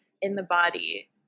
in-the-body